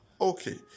Okay